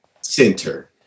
center